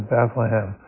Bethlehem